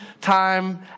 time